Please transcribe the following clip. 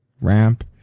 ramp